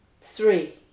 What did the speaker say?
three